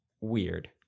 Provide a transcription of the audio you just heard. weird